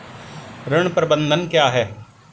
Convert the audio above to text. ऋण प्रबंधन क्या है?